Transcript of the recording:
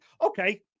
Okay